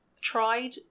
tried